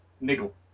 niggle